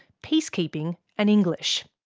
peacekeeping, and english.